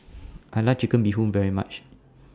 I like Chicken Bee Hoon very much